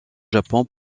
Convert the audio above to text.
japon